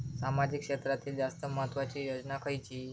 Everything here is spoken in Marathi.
सामाजिक क्षेत्रांतील जास्त महत्त्वाची योजना खयची?